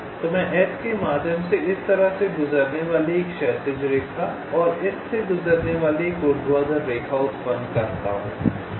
तो मैं S के माध्यम से इस तरह से गुजरने वाली एक क्षैतिज रेखा और इस से गुजरने वाली एक ऊर्ध्वाधर रेखा उत्पन्न करता हूं